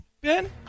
Ben